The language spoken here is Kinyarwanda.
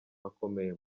akomeye